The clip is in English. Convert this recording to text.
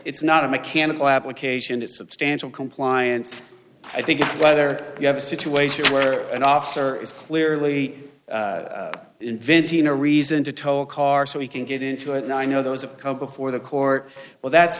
it's not a mechanical application it's substantial compliance i think it's whether you have a situation where an officer is clearly inventing a reason to toll car so he can get into it and i know those have come before the court well that's